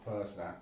person